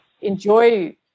enjoy